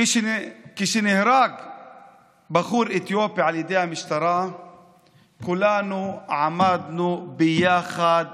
כשנהרג בחור אתיופי על ידי המשטרה כולנו עמדנו ביחד